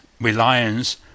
reliance